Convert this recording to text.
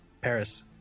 Paris